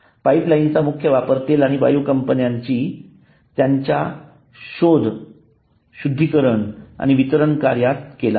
पाइपलाइनचा मुख्य वापर तेल आणि वायू कंपन्यांनी त्यांच्या शोध शुद्धीकरण आणि वितरण कार्यात केला आहे